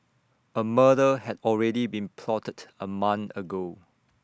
A murder had already been plotted A month ago